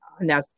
now